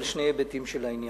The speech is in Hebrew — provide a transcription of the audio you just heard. על שני היבטים של העניין.